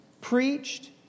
preached